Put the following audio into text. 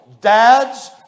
dads